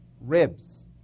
ribs